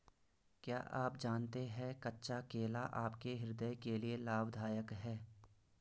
क्या आप जानते है कच्चा केला आपके हृदय के लिए लाभदायक है?